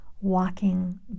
walking